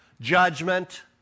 judgment